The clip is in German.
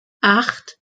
acht